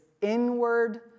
inward